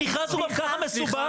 המכרז הוא גם ככה מסובך.